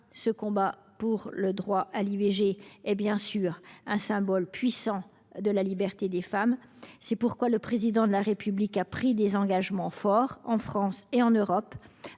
le combat pour le droit à l’IVG est, bien sûr, un symbole puissant de la liberté des femmes. C’est pourquoi le Président de la République a pris des engagements forts, qui se déploient en France et en Europe.